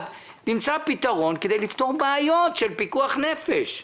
נמצא פתרון כדי לפתור בעיות של פיקוח נפש.